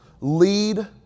Lead